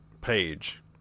page